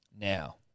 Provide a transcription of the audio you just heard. Now